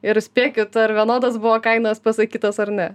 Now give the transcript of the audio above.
ir spėkit ar vienodas buvo kainos pasakytos ar ne